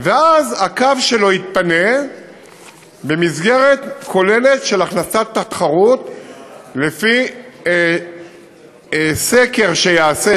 ואז הקו שלו יתפנה במסגרת כוללת של הכנסת תחרות לפי סקר שייעשה,